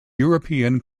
european